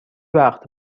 وقت